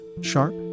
sharp